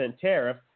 tariff